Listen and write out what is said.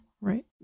Right